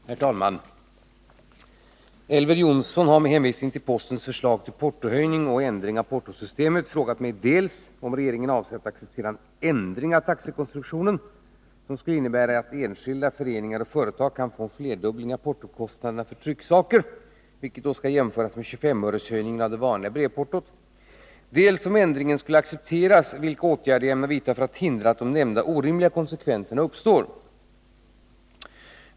Herr talman! Elver Jonsson har, med hänvisning till postens förslag till portohöjning och ändring av portosystemet, frågat mig dels om regeringen avser att acceptera en ändring av taxekonstruktionen, som skulle innebära att enskilda, föreningar och företag kan få en flerdubbling av portokostna derna för trycksaker, vilket då skall jämföras med 25-öreshöjningen av det vanliga brevportot, dels, om ändringen skulle accepteras, vilka åtgärder jag ämnar vidta för att hindra att de nämnda orimliga konsekvenserna uppstår.